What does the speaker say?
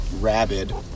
rabid